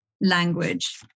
language